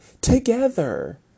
Together